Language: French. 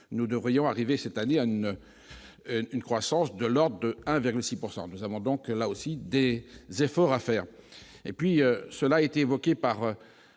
nous devrions arriver cette année à une une croissance de l'ordre de 1,6 pourcent nous nous avons donc là aussi des efforts à faire, et puis cela a été évoqué par